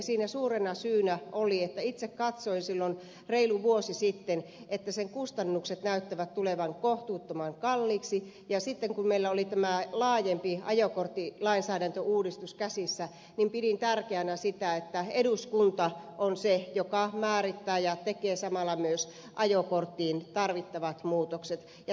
siinä suurena syynä oli että itse katsoin silloin reilu vuosi sitten että sen kustannukset näyttävät tulevan kohtuuttoman kalliiksi ja sitten kun meillä oli tämä laajempi ajokortin lainsäädäntöuudistus käsissä pidin tärkeänä sitä että eduskunta on se joka määrittää ja tekee samalla myös ajokorttiin tarvittavat muutokset